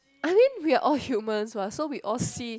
I think we are all humans what so we all see